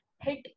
hit